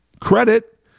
credit